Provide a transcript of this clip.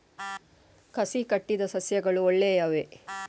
ಕಸಿ ಕಟ್ಟಿದ ಸಸ್ಯಗಳು ಒಳ್ಳೆಯವೇ?